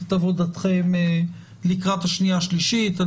את עבודתכם לקראת השנייה והשלישית.